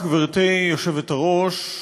גברתי היושבת-ראש,